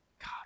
God